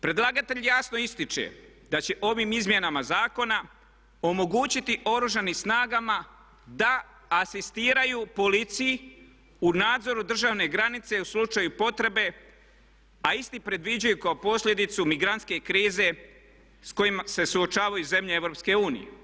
Predlagatelj jasno ističe da će ovim izmjenama zakona omogućiti Oružanim snagama da asistiraju policiji u nadzoru državne granice u slučaju potrebe, a isti predviđaju kao posljedicu migrantske krize s kojima se suočavaju zemlje EU.